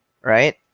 right